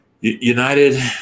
United